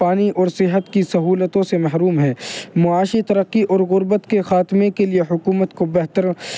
پانی اور صحت کی سہولتوں سے محروم ہے معاشی ترقی اور غربت کے خاتمے کے لیے حکومت کو بہتر